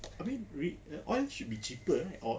I mean oil should be cheaper right or